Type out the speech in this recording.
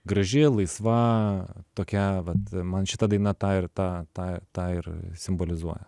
graži laisva tokia vat man šita daina tą ir tą tą tą ir simbolizuoja